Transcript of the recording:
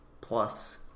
plus